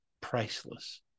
priceless